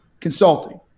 consulting